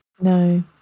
No